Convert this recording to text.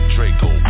Draco